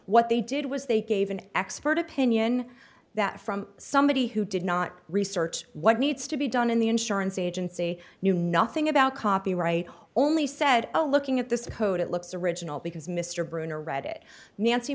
what they did was they gave an expert opinion that from somebody who did not research what needs to be done in the insurance agency knew nothing about copyright or only said a looking at this code it looks original because mr bruner read it nancy